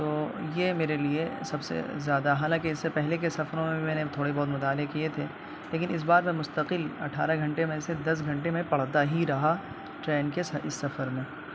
تو یہ میرے لیے سب سے زیادہ حالانکہ اس سے پہلے کے سفروں میں میں نے تھوڑے بہت مطالعے کیے تھے لیکن اس بار میں مستقل اٹھارہ گھنٹے میں سے دس گھنٹے میں پڑھتا ہی رہا ٹرین کے اس سفر میں